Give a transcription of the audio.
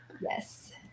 Yes